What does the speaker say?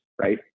right